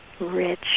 rich